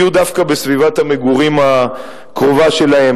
יהיו דווקא בסביבת המגורים הקרובה שלו.